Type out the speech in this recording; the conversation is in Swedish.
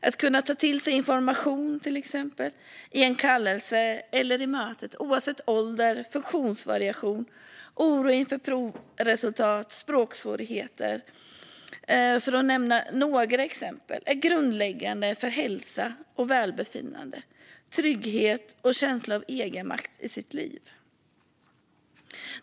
Att kunna ta till sig information i en kallelse eller under ett möte, oavsett ålder, funktionsvariation, oro inför provresultat eller språksvårigheter, för att nämna några exempel, är grundläggande för hälsa och välbefinnande, trygghet och känsla av egenmakt i sitt liv.